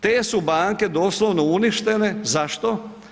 Te su banke doslovno uništene, zašto?